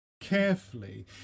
carefully